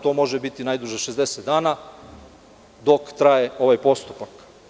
To može biti najduže 60 dana dok traje ovaj postupak.